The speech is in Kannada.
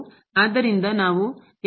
ಆದ್ದರಿಂದ ನಾವು ಎಂದರೇನು ಎಂಬುದನ್ನು ನೋಡಬೇಕು